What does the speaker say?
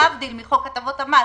להבדיל מחוק הטבות המס,